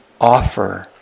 Offer